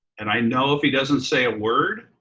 and i know if he doesn't say a word,